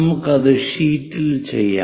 നമുക്ക് അത് ഷീറ്റിൽ ചെയ്യാം